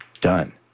done